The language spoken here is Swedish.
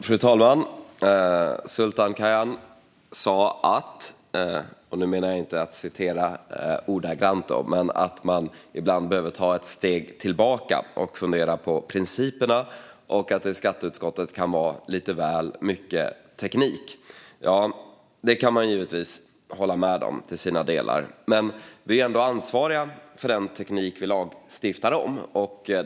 Fru talman! Sultan Kayhan sa - nu citerar jag inte ordagrant - att man ibland behöver ta ett steg tillbaka och fundera på principerna och att det i skatteutskottets frågor kan vara lite väl mycket teknik. Ja, det kan man givetvis hålla med om till vissa delar, men vi är ändå ansvariga för den teknik vi lagstiftar om.